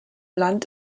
land